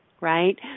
right